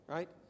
Right